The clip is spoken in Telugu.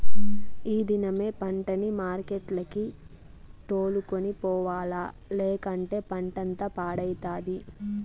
ఈ దినమే పంటని మార్కెట్లకి తోలుకొని పోవాల్ల, లేకంటే పంటంతా పాడైతది